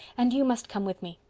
and you must come with me.